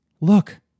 look